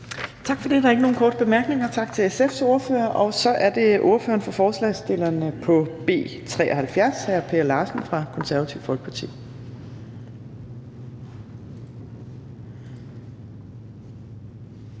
Tak for det. Der er ikke nogen korte bemærkninger, så tak til SF's ordfører. Og så er det ordføreren for forslagsstillerne på B 73, hr. Per Larsen fra Det Konservative Folkeparti.